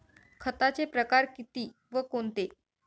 खताचे प्रकार किती व कोणते?